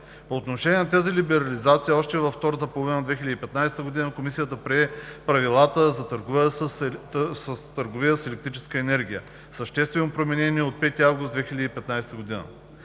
По отношение на тази либерализация още във втората половина на 2015 г. Комисията прие Правилата за търговия с електрическа енергия, съществено променени от 5 август 2015 г.